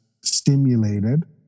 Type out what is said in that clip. stimulated